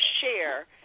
share